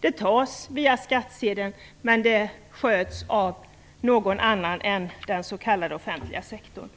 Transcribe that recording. Pengarna tas via skattsedeln, men verksamheten sköts av någon annan än den s.k. offentliga sektorn.